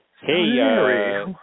Hey